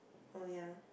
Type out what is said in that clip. oh ya